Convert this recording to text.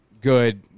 good